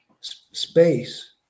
space